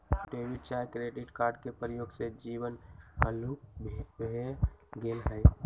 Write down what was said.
debit चाहे credit card के प्रयोग से जीवन हल्लुक भें गेल हइ